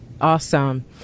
Awesome